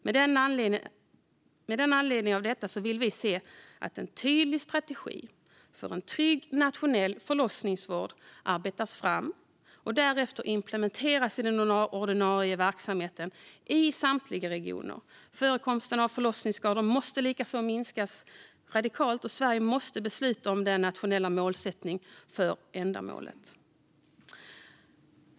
Med anledning av detta vill vi se att en tydlig strategi för en trygg nationell förlossningsvård arbetas fram och därefter implementeras i den ordinarie verksamheten i samtliga regioner. Förekomsten av förlossningsskador måste likaså minska radikalt, och Sverige måste besluta om en nationell målsättning för det ändamålet.